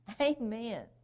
amen